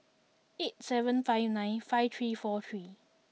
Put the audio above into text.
eight seven five nine five three four three